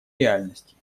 реальностей